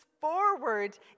forward